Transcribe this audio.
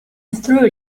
through